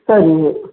சரிங்க